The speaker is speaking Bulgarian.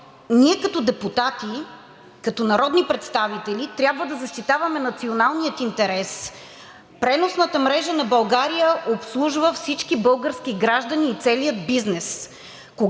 Ние като депутати, като народни представители, трябва да защитаваме националния интерес. Преносната мрежа на България обслужва всички български граждани и целия бизнес.